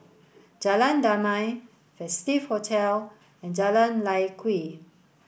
Jalan Damai Festive Hotel and Jalan Lye Kwee